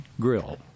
grill